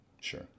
sure